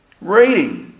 Reading